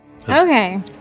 Okay